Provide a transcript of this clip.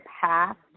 past